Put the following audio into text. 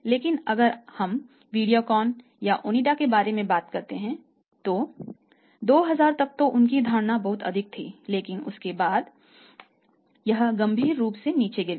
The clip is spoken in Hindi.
लेकिन अगर हम वीडियोकॉन या ओनिडा के बारे में बात करते हैं तो 2000 तक तो उनकी धारणा बहुत अधिक थी लेकिन उसके बाद यह गंभीर रूप से नीचे गिर गया